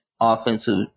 offensive